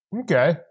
Okay